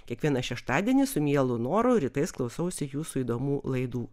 kiekvieną šeštadienį su mielu noru rytais klausausi jūsų įdomių laidų